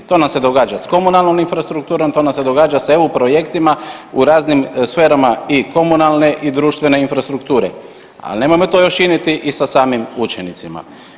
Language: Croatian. To nam se događa s komunalnom infrastrukturom, to nam se događa sa eu projektima u raznim sferama i komunalne i društvene infrastrukture, ali nemojmo to još činiti i sa samim učenicima.